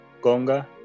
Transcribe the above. gonga